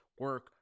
Work